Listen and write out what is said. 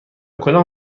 کدام